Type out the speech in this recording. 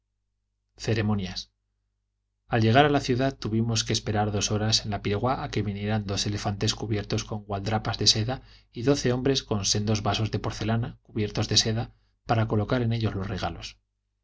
ceremonias al llegar a la ciudad tuvimos que esperar dos horas en la piragua a que vinieran dos elefantes cubiertos con gualdrapas de seda y doce hombres con sendos vasos de porcelana cubiertos de seda para colocar en ellos los regalos